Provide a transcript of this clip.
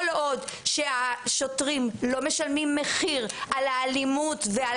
כל עוד שהשוטרים לא משלמים מחיר על האלימות ועל